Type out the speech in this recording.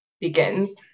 begins